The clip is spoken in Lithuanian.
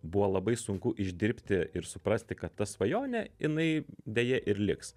buvo labai sunku išdirbti ir suprasti kad ta svajonė jinai deja ir liks